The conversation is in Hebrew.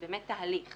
זה באמת תהליך.